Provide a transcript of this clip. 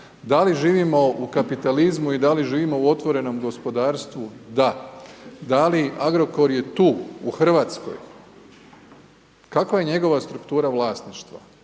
Da li živimo u kapitalizmu i da li živimo u otvorenom gospodarstvu, da. Da li Agrokor je tu u Hrvatskoj, kakva je njegova struktura vlasništva,